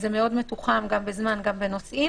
זה מאוד מתוחם בזמן ובנושאים,